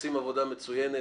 עושים עבודה מצוינת,